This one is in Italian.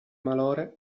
malore